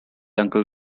uncle